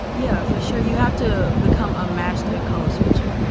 yeah, for sure. you have to become a master code-switcher,